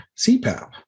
CPAP